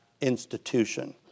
institution